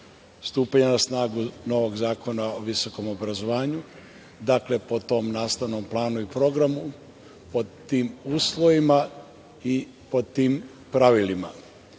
stupanja na snagu novog Zakona o visokom obrazovanju, dakle, po tom nastavnom planu i programu, pod tim uslovima i pod tim pravilima. Predloženi